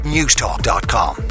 Newstalk.com